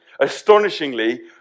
astonishingly